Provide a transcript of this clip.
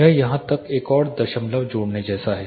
यह यहाँ एक और दशमलव जोड़ने जैसा है